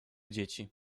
dzieci